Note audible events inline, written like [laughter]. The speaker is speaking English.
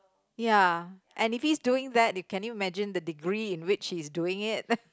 ya and if he's doing that you can you imagine the degree in which he is doing it [laughs]